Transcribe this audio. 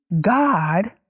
God